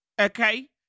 Okay